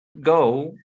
go